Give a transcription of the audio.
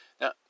Now